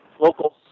local